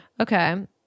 Okay